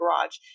garage